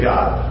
God